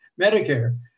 Medicare